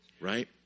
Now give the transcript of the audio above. Right